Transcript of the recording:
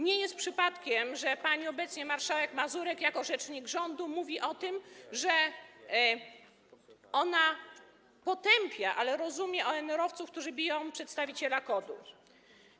Nie jest przypadkiem, że pani obecnie marszałek Mazurek jako rzecznik rządu mówi o tym, że ona potępia, ale rozumie ONR-owców, którzy biją przedstawiciela KOD-u.